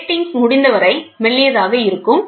gratings முடிந்தவரை மெல்லியதாக இருக்கும்